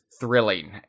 thrilling